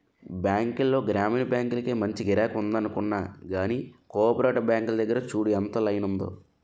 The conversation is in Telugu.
బాంకుల్లో గ్రామీణ బాంకులకే మంచి గిరాకి ఉందనుకున్నా గానీ, కోపరేటివ్ బాంకుల దగ్గర చూడు ఎంత లైనుందో?